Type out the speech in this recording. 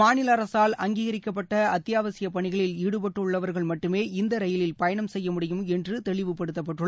மாநில அரசால் அங்கீகரிக்கப்பட்ட அத்தியாவசிய பணிகளில் ஈடுபட்டுள்ளவர்கள் மட்டுமே இந்த ரயிலில் பயணம் செய்ய முடியும் என்று தெளிவுபடுத்தப்பட்டுள்ளது